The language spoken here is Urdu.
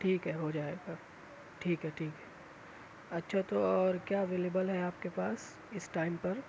ٹھیک ہے ہو جائے گا ٹھیک ہے ٹھیک ہے اچھا تو اور کیا اویلیبل ہے آپ کے پاس اس ٹائم پر